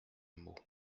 mot